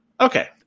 Okay